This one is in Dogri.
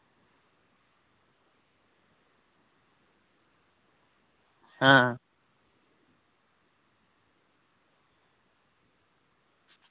हां